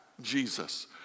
Jesus